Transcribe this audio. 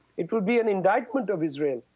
it will be an indictment of israel.